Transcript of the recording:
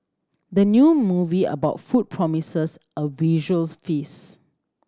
the new movie about food promises a visuals feast